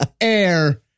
air